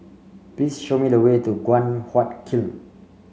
please show me the way to Guan Huat Kiln